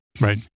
Right